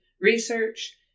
research